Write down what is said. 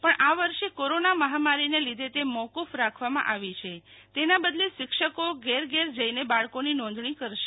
પણ આ વર્ષે કોરોના મહામારીને લીધે તે મોકૂક રાખવામાં આવી છે તેના બદલે શિક્ષકો ઘરે ઘર જઈને બાળકોની નોંધણી કરશે